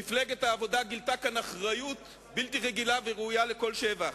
מפלגת העבודה גילתה כאן אחריות בלתי רגילה וראויה לכל שבח.